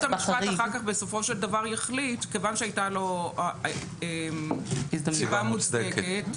המשפט אחר כך בסופו של דבר יחליט שכיוון שהייתה לו סיבה מוצדקת,